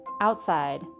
outside